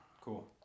Cool